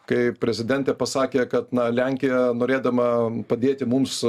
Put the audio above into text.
kai prezidentė pasakė kad na lenkija norėdama padėti mums